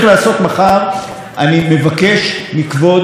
אני מבקש מכבוד השר,